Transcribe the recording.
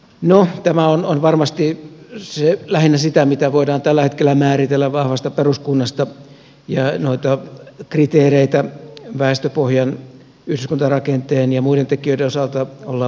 no tämä on varmasti lähinnä sitä mitä voidaan tällä hetkellä määritellä vahvasta peruskunnasta ja noita kriteereitä väestöpohjan yhdyskuntarakenteen ja muiden tekijöiden osalta ollaan valmistelemassa